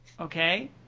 Okay